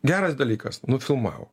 geras dalykas nufilmavo